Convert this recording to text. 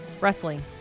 Wrestling